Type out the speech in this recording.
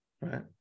Right